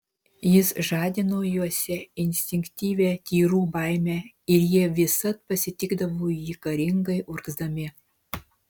jis žadino juose instinktyvią tyrų baimę ir jie visad pasitikdavo jį karingai urgzdami